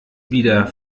wieder